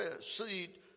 seed